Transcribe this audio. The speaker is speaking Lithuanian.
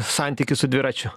santykis su dviračiu